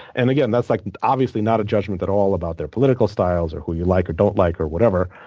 and, again, that's, like obviously, not a judgment at all about their political styles or who you like or don't like or whatever,